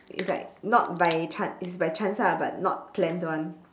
it's like not by chance it's by chance ah but not planned one